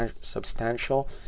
substantial